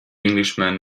englishman